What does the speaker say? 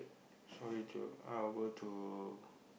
sorry to uh go to